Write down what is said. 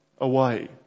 away